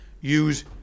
use